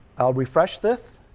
i'll refresh this,